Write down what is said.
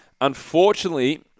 Unfortunately